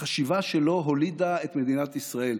החשיבה שלו הולידה את מדינת ישראל.